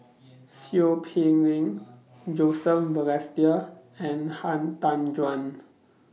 Seow Peck Leng Joseph Balestier and Han Tan Juan